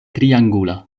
triangula